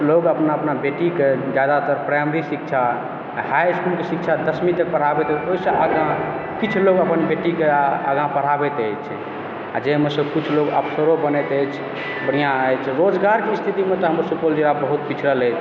लोग अपना अपना बेटीक जादातर प्राइमरी शिक्षा हाईइस्कूलके शिक्षा दशमी तक पढ़ाबयके ओहिसे आगाँ किछु लोग अपन बेटीकेँ आगाँ पढ़ाबैत अछि आ जाहिमे से कुछ लोग अफसरो बनैत अछि बढ़िआँ अछि रोजगारके स्थितिमे तऽ हमर सभकेँ जिला बहुत पिछड़ल अछि